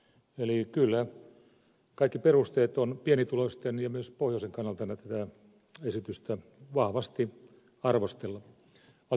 eli kyllä kaikki perusteet on pienituloisten ja myös pohjoisen kannalta että tätä esitystä vahvasti arvostellaan